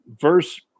verse